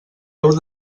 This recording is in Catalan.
heu